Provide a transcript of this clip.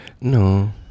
No